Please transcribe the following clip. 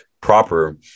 proper